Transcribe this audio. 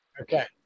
Okay